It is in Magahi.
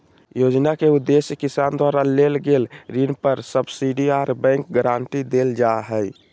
योजना के उदेश्य किसान द्वारा लेल गेल ऋण पर सब्सिडी आर बैंक गारंटी देल जा हई